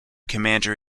commander